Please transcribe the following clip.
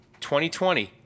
2020